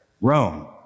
Rome